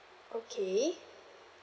okay